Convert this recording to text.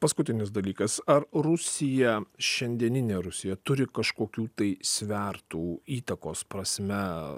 paskutinis dalykas ar rusija šiandieninė rusija turi kažkokių tai svertų įtakos prasme